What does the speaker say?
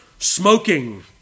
Smoking